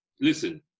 listen